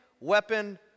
weapon